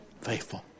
Faithful